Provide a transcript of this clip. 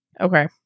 Okay